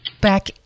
Back